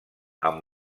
amb